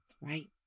Right